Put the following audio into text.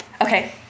Okay